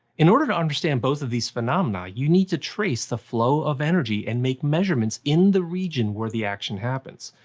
in order to understand both of these phenomena, you need to trace the flow of energy and make measurements in the region where all the action happens.